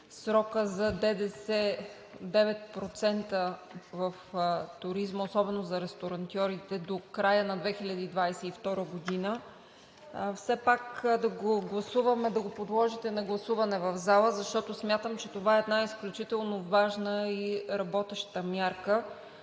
срока за ДДС – 9% в туризма, особено за ресторантьорите, до края на 2022 г. все пак да го подложите на гласуване в залата, защото смятам, че това е една изключително важна и работеща мярка.